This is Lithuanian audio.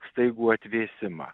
staigų atvėsimą